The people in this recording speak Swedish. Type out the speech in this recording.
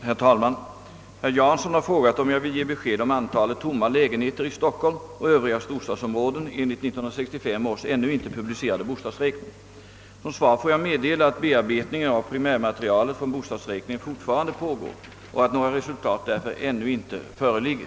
Herr talman! Herr Jansson har frågat, om jag vill ge besked om antalet tomma lägenheter i Stockholm och övriga storstadsområden enligt 1965 års ännu inte publicerade bostadsräkning. Som svar får jag meddela, att bearbetningen av primärmaterialet från bostadsräkningen fortfarande pågår och att några resultat därför ännu inte föreligger.